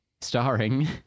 starring